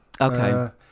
Okay